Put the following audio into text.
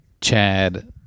chad